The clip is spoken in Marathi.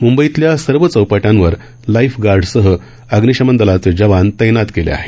मुंबईतल्या सर्व चौपाट्यांवर लाइफ गार्डसह अग्निशमन दलाचे जवान तैनात केले आहेत